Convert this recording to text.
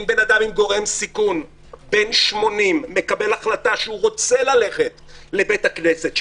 אם אדם עם גורם סיכון בן 80 מקבל החלטה שהוא רוצה ללכת לבית הכנסת,